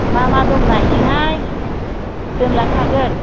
मा मा दङ नायनोहाय दोनलांनो हागोन